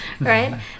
right